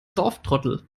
dorftrottel